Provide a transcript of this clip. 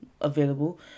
available